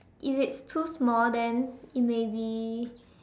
if it's too small then it may be